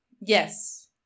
Yes